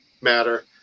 matter